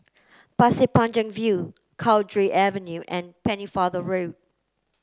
Pasir Panjang View Cowdray Avenue and Pennefather Road